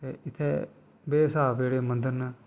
ते इत्थै बेस्हाब जेह्ड़े मंदर न